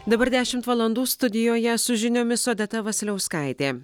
dabar dešimt valandų studijoje su žiniomis odeta vasiliauskaitė